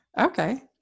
Okay